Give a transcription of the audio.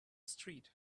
street